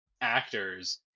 actors